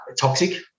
toxic